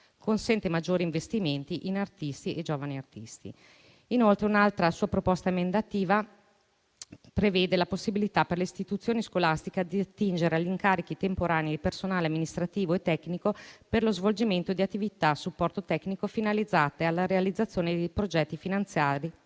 realizzare maggiori investimenti in artisti e giovani artisti. Inoltre, un'altra sua proposta emendativa prevede la possibilità per le istituzioni scolastiche di attingere agli incarichi temporanei di personale amministrativo e tecnico per lo svolgimento di attività a supporto tecnico finalizzate alla realizzazione dei progetti finanziati